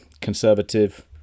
conservative